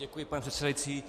Děkuji, pane předsedající.